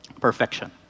Perfection